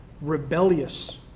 rebellious